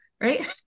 right